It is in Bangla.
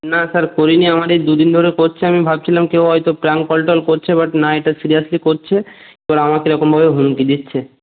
না স্যার করি নি আমার এই দু দিন ধরে করছে আমি ভাবছিলাম কেও হয়তো প্রাঙ্ক কল টল করছে বাট না এটা সিরিয়াসলি করছে এবার আমাকে এরকমভাবে হুমকি দিচ্ছে